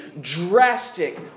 drastic